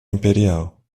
imperial